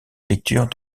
lecture